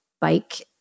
bike